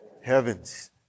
heavens